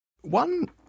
One